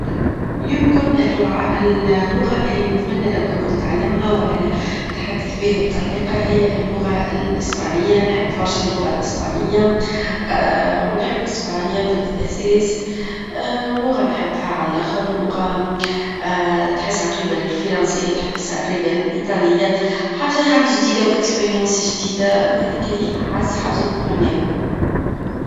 يمكن -اللعة- -ال- اللغة اللي نتمنى لو كنت نتعلمها ، والا نتحدث بها بطلاقة هي اللغة الأسبانية، نحب فرشا اللغة الأسبانية ،ونحب أسبانيا بالأساس، لغة نحبها على اللخر، لغة تحسها قريبة للفرانسية، -تحب- تحسها قريبة للايطالية، حاجة يعني جديدة، وتجربة جديدة، وهاذيك هي أعز حاجة نتمناها.